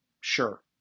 Sure